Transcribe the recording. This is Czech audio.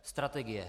Strategie.